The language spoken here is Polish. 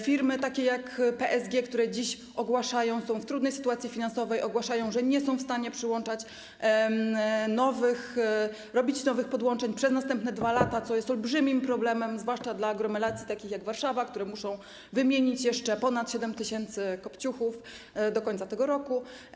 Firmy takie jak PSG, które dziś są w trudnej sytuacji finansowej, ogłaszają, że nie są w stanie przyłączać, robić nowych podłączeń przez następne 2 lata, co jest olbrzymim problemem, zwłaszcza dla aglomeracji takich jak Warszawa, która musi wymienić jeszcze ponad 7 tys. kopciuchów do końca tego roku.